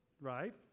Right